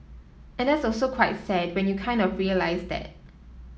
and that's also quite sad when you kind of realise that